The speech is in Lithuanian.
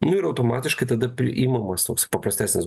nu ir automatiškai tada priimamas toks paprastesnis